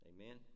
Amen